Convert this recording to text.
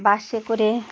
বাসে করে